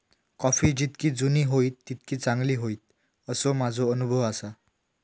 coffee जितकी जुनी होईत तितकी चांगली होईत, असो माझो अनुभव आसा